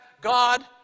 God